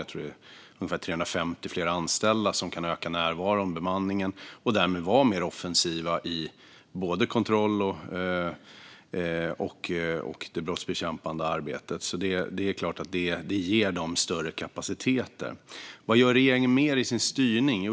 Jag tror att det handlar om ungefär 350 fler anställda, så att man kan öka närvaron och bemanningen och därmed vara mer offensiv både i kontroll och i det brottsbekämpande arbetet. Det är klart att det ger Tullverket större kapacitet. Vad gör regeringen mer i sin styrning?